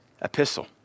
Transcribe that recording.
epistle